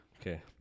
Okay